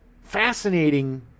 fascinating